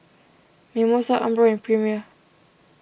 Mimosa Umbro and Premier